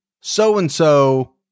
so-and-so